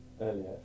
earlier